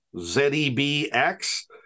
Z-E-B-X